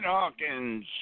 Hawkins